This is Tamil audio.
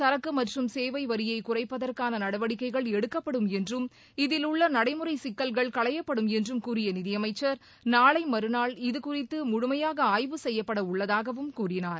சரக்கு மற்றும் சேவை வரியை குறைப்பதற்கான நடவடிக்கைகள் எடுக்கப்படும் என்றும் இதில் உள்ள நடைமுறை சிக்கல்கள் களையப்படும் என்றும் கூறிய நிதியமைச்சர் நாளை மறுநாள் இதுகுறித்து முழுமையாக ஆய்வு செய்யப்படவுள்ளதாகவும் கூறினார்